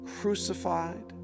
crucified